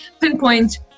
pinpoint